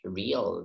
real